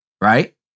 Right